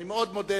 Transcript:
אני מאוד מודה.